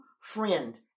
friend